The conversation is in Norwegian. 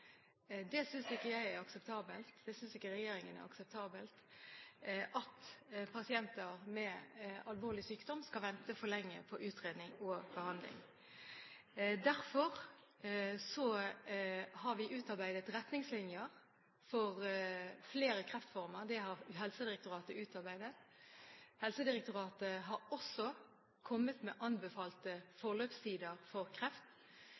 Det synes jeg ikke er akseptabelt. Regjeringen synes ikke det er akseptabelt at pasienter med alvorlig sykdom skal vente for lenge på utredning og behandling. Derfor har Helsedirektoratet utarbeidet retningslinjer for flere kreftformer. Helsedirektoratet har også kommet med anbefalte forløpstider for